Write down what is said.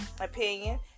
opinion